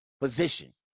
position